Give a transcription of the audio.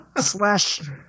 slash